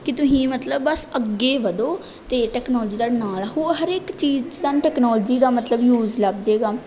ਕਿ ਤੁਸੀਂ ਮਤਲਬ ਬਸ ਅੱਗੇ ਵਧੋ ਅਤੇ ਟੈਕਨੋਲਜੀ ਤੁਹਾਡੇ ਨਾਲ ਹੋ ਹਰੇਕ ਚੀਜ਼ ਜਿੱਦਾਂ ਟੈਕਨੋਲਜੀ ਦਾ ਮਤਲਬ ਯੂਜ ਲੱਭ ਜੇਗਾ